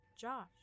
Josh